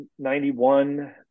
91